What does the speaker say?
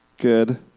Good